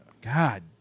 God